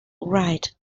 wright